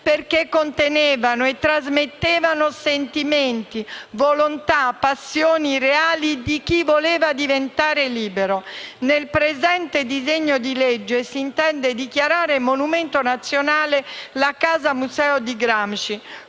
perché contenevano e trasmettevano sentimenti, volontà, passioni reali di chi voleva diventare libero. Nel presente disegno di legge si intende dichiarare monumento nazionale la Casa Museo di Gramsci.